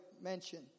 mention